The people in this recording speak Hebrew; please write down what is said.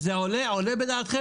זה עולה בדעתכם?